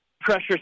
pressure